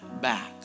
back